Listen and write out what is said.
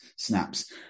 Snaps